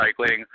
recycling